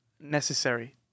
necessary